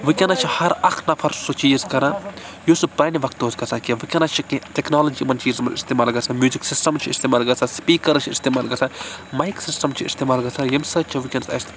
وُنکٮ۪ن چھُ ہَر اَکھ نَفَر سُہ چیٖز کَران یُس نہٕ پرٛانہِ وَقتہٕ اوس گژھان کیٚنٛہہ وُنکٮ۪ن چھِ کیٚنٛہہ ٹیٚکنالجی یِمَن چیٖزَن مَنٛز اِستعمال گژھان میوٗزِک سِسٹَمٕز چھِ اِستعمال گژھان سپیٖکَرز چھِ اِستعمال گژھان مایِک سِسٹَم چھِ اِستعمال گژھان ییٚمہِ سۭتۍ چھِ وُنکٮ۪ن اسہِ